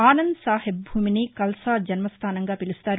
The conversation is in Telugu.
ఆసంద్ సాహెబ్ భూమిని కల్సా జస్మస్థానంగా పిలుస్తారు